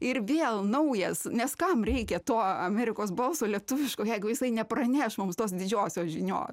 ir vėl naujas nes kam reikia to amerikos balso lietuviško jeigu jisai nepraneš mums tos didžiosios žinios